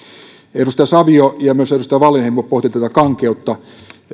edustaja savio ja myös edustaja wallinheimo pohtivat kankeutta